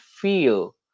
feel